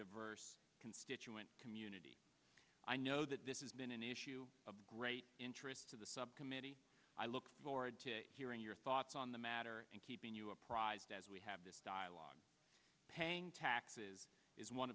diverse constituent community i know that this has been an issue of great interest to the subcommittee i look forward to hearing your thoughts on the matter and keeping you apprised as we have this dialogue paying taxes is one